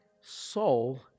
soul